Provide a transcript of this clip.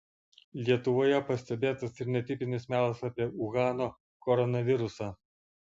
lietuvoje pastebėtas ir netipinis melas apie uhano koronavirusą